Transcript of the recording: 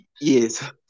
yes